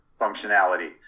functionality